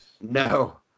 No